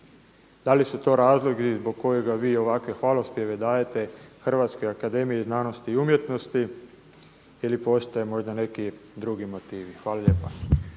Da li su to razlozi zbog kojega vi ovakve hvalospjeve dajete Hrvatskoj akademiji znanosti i umjetnosti ili postoje možda neki drugi motivi. Hvala lijepa.